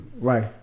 Right